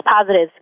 positives